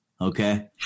okay